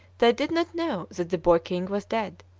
they did not know that the boy-king was dead,